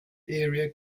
area